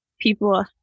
people